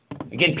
Again